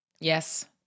Yes